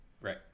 right